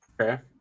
okay